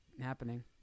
happening